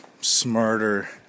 smarter